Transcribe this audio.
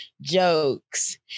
jokes